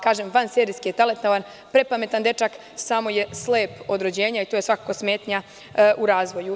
Kažem vanserijski je talentovan, prepametan dečak, samo je slep od rođenja i to je smetnja u razvoju.